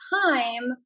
time